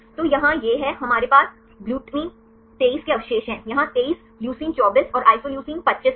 तो यहाँ यह है हमारे पास GLU 23 के अवशेष हैं यहां 23 leucine 24 और isoleucine 25 में है